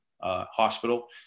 Hospital